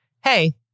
hey